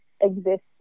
exist